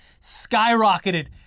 skyrocketed